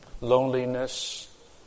loneliness